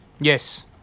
Yes